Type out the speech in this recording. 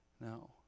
No